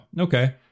Okay